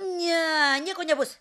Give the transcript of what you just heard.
ne nieko nebus